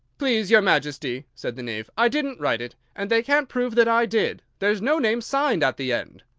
please your majesty, said the knave, i didn't write it, and they can't prove that i did there's no name signed at the end.